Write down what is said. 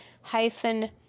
hyphen